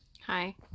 Hi